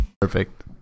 perfect